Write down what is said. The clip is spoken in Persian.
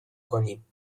کنیم